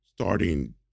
Starting